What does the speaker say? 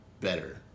better